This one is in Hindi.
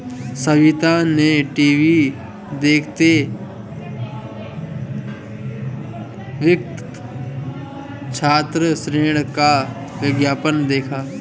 सविता ने टीवी देखते वक्त छात्र ऋण का विज्ञापन देखा